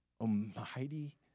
Almighty